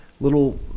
little